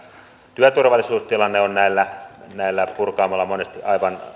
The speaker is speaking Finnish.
työturvallisuustilanne on näillä näillä purkamoilla monesti aivan